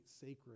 sacred